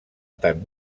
tant